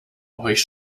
euch